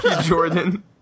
Jordan